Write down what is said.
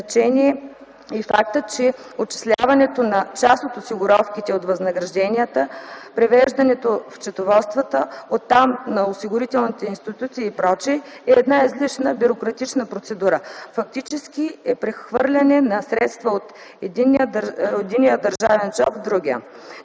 и фактът, че отчисляването на част от осигуровките от възнагражденията, превеждане в счетоводствата, оттам на осигурителните институции и прочие, е една излишна бюрократична процедура, фактически е прехвърляне на средства от единния държавен джоб в другия.